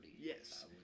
Yes